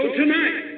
tonight